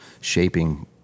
shaping